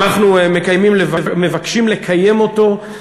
אנו מבקשים לקיים אותו,